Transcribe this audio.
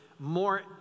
more